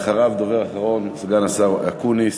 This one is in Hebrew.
אחריו, הדובר האחרון הוא סגן השר אקוניס,